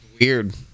weird